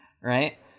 right